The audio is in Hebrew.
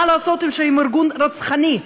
מה לעשות שהם ארגון רצחני,